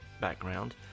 background